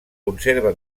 conserva